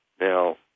Now